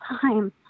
time